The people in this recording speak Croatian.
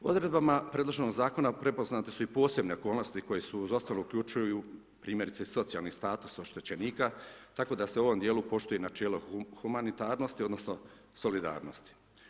Odredbama predloženog zakona prepoznate su i posebne okolnosti koje uključuju primjerice socijalni status oštećenika tako da se u ovom djelu poštuje načelo humanitarnosti, odnosno solidarnosti.